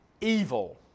evil